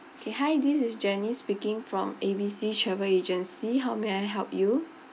okay hi this is janice speaking from A B C travel agency how may I help you